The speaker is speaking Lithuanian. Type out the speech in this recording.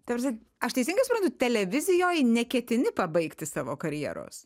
ta prasme aš teisingai suprantu televizijoj neketini pabaigti savo karjeros